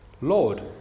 Lord